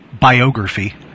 biography